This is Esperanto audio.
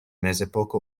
mezepoka